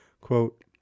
Quote